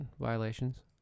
violations